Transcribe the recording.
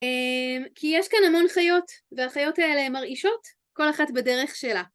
כי יש כאן המון חיות והחיות האלה מרעישות, כל אחת בדרך שלה.